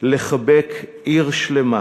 לחבק עיר שלמה